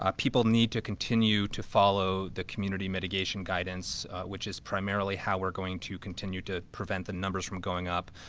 ah people need to continue to follow the community mitigation guidance which is primarily how we're going to continue to prevent the numbers from going up.